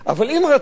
אבל אם רצית,